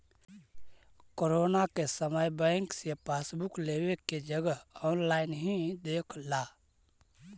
corona के समय bank से पासबुक लेवे के जगह ऑनलाइन ही देख ला